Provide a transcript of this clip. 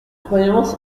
croyance